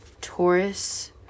Taurus